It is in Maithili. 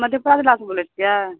मधेपुरा जिलासँ बोलै छियै